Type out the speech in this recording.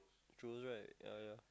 churros right ya ya